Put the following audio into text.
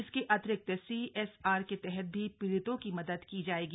इसके अतिरिक्त सीएसआर के तहत भी पीड़ितों की मदद की जायेगी